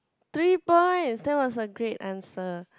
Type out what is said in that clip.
three points that was a great answer